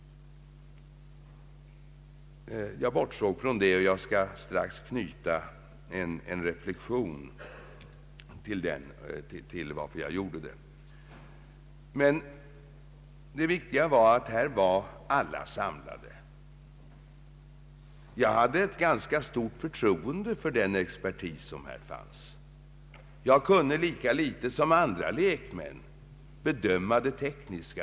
Jag skall strax knyta några reflexioner till anledningen till att jag bortsåg härifrån. Det viktiga var emellertid att alla var samlade i sin inställning. Jag hyste ett ganska stort förtroende för den expertis som här fanns. Jag kunde lika litet som andra lekmän bedöma det tekniska.